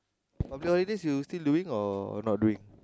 public holidays you still doing or not doing